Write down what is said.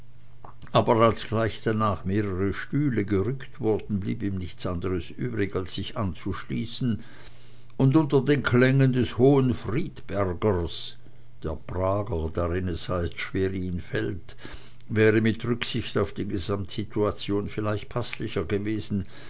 aber als gleich danach mehrere stühle gerückt wurden blieb ihm nichts anderes übrig als sich anzuschließen und unter den klängen des hohenfriedbergers der prager darin es heißt schwerin fällt wäre mit rücksicht auf die gesamtsituation vielleicht paßlicher gewesen